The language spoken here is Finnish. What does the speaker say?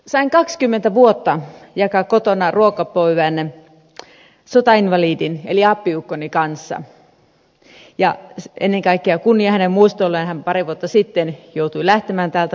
sain kaksikymmentä vuotta jakaa kotona ruokapöydän sotainvalidin eli appiukkoni kanssa ja ennen kaikkea kunnia hänen muistolleen hän pari vuotta sitten joutui lähtemään täältä pois